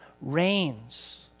reigns